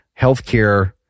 healthcare